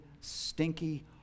stinky